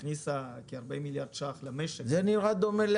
הכניסה כ-40 מיליארד שקל למשק עולה